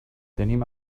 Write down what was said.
tenim